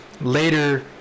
Later